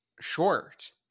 short